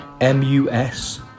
m-u-s